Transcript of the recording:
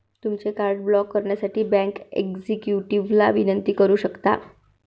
तुमचे card block करण्यासाठी bank एक्झिक्युटिव्हला विनंती करू शकता